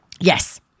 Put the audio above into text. Yes